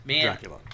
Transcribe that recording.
Dracula